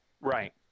Right